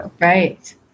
Right